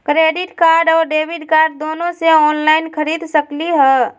Credit card और debit card दोनों से ऑनलाइन खरीद सकली ह?